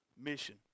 mission